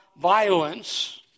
violence